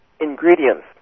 ingredients